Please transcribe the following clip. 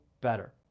better